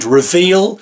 reveal